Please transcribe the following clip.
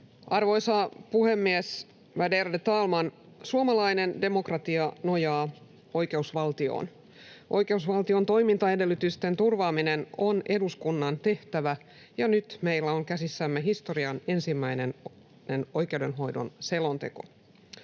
Arvoisa puhemies, värderade talman! Suomalainen demokratia nojaa oikeusvaltioon. Oikeusvaltion toimintaedellytysten turvaaminen on eduskunnan tehtävä, ja nyt meillä on käsissämme historian ensimmäinen oikeudenhoidon selonteko.